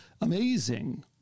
Amazing